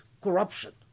corruption